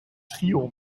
trio